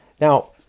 Now